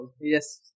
Yes